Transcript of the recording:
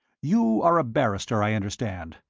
you are a barrister, i understand.